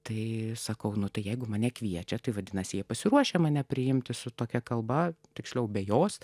tai sakau nu tai jeigu mane kviečia tai vadinasi jie pasiruošę mane priimti su tokia kalba tiksliau be jos